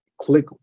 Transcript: click